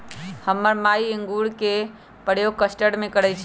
हमर माय इंगूर के प्रयोग कस्टर्ड में करइ छै